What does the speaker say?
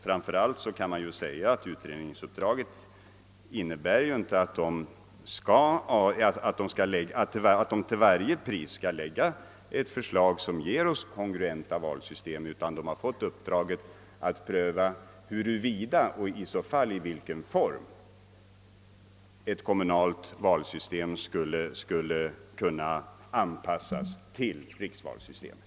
Framför allt kan man säga att utredningsuppdraget inte innebär att utredningen till varje pris skall framlägga ett förslag som ger oss kongruenta valsystem. Utredningen har fått uppdraget att pröva huruvida och i så fall i vilken form ett kommunalt valsystem skulle kunna anpassas till riksvalssystemet.